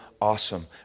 awesome